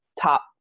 top